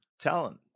talent